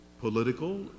political